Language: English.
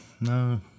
no